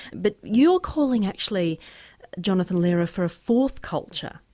but you're calling actually jonah lehrer for a fourth culture,